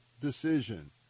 decision